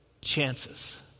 chances